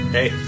Hey